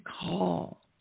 call